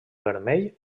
vermell